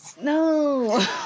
no